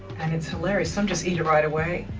and it's hilarious. some just eat it right away.